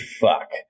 fuck